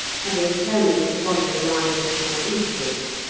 having determined to follow the line of the shore eastwards,